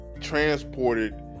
transported